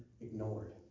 ignored